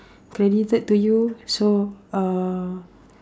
credited to you so uh